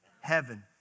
Heaven